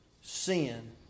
sin